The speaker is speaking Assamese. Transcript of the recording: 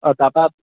অঁ তাৰপৰা